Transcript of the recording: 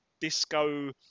Disco